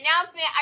announcement